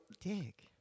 Dick